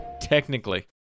Technically